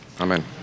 amen